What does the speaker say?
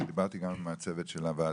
ודברתי על כך גם עם הצוות של הוועדה.